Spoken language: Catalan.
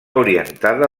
orientada